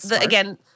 again